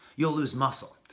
you'll lose muscle.